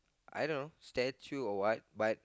I dunno statue or what but